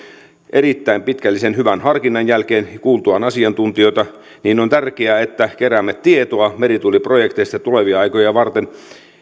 erittäin pitkällisen hyvän harkinnan jälkeen kuultuaan asiantuntijoita niin on tärkeää että keräämme tietoa merituuliprojektista tulevia aikoja varten